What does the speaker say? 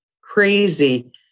crazy